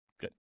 Good